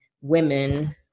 women